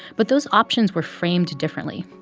but those options were framed differently.